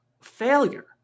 failure